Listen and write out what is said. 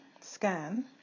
scan